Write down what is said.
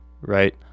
right